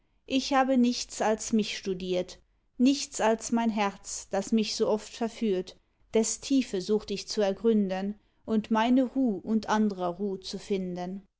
ich habe nichts als mich studiert nichts als mein herz das mich so oft verführt des tiefe sucht ich zu ergründen um meine ruh und andrer ruh zu finden